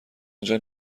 آنجا